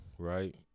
Right